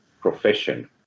profession